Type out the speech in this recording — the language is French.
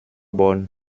bonne